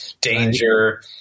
danger